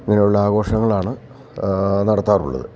ഇങ്ങനെയുള്ള ആഘോഷങ്ങളാണ് നടത്താറുള്ളത്